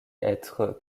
être